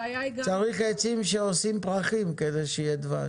צריך שיהיו עצים עם פרחים כדי שיהיה דבש.